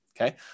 Okay